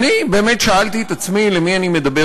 באמת שאלתי את עצמי אל מי אני מדבר